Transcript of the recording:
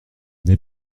n’est